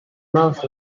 most